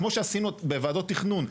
כמו שעשינו בוועדות תכנון,